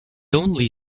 only